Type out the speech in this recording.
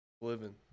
Living